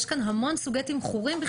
יש כאן המון סוגי תמחורים,